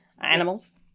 animals